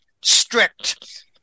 strict